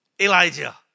Elijah